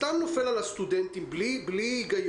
סתם נופל על הסטודנטים בלי היגיון,